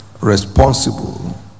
responsible